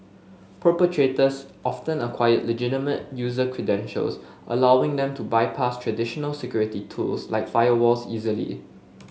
perpetrators often acquire legitimate user credentials allowing them to bypass traditional security tools like firewalls easily